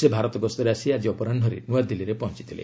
ସେ ଭାରତ ଗସ୍ତରେ ଆସି ଆକି ଅପରାହ୍କରେ ନୂଆଦିଲ୍ଲୀରେ ପହଞ୍ଚଥିଲେ